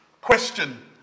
question